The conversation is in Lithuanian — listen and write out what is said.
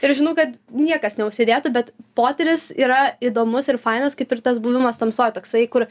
ir žinau kad niekas neužsidėtų bet potyris yra įdomus ir fainas kaip ir tas buvimas tamsoj toksai kur